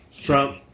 Trump